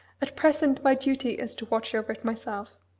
at present my duty is to watch over it myself.